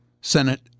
Senate